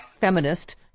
feminist